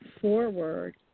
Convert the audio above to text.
forward